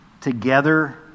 together